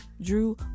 drew